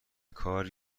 کار